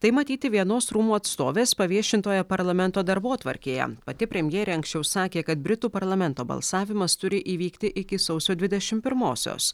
tai matyti vienos rūmų atstovės paviešintoje parlamento darbotvarkėje pati premjerė anksčiau sakė kad britų parlamento balsavimas turi įvykti iki sausio dvidešim pirmosios